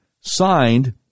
signed